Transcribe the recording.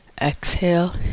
Exhale